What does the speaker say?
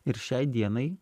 ir šiai dienai